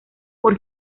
por